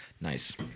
Nice